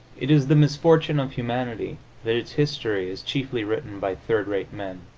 it is the misfortune of humanity that its history is chiefly written by third-rate men.